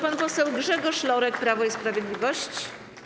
Pan poseł Grzegorz Lorek, Prawo i Sprawiedliwość.